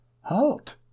Halt